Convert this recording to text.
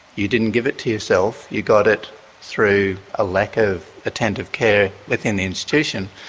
you didn't give it to yourself, you got it through a lack of attentive care within the institution,